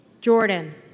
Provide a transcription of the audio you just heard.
Jordan